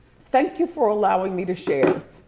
thank you for allowing me to share.